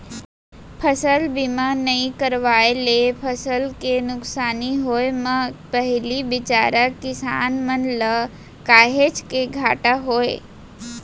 फसल बीमा नइ करवाए ले फसल के नुकसानी होय म पहिली बिचारा किसान मन ल काहेच के घाटा होय